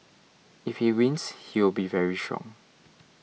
if he wins he will be very strong